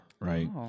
right